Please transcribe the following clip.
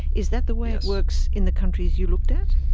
is that the way it works in the countries you looked at?